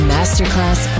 Masterclass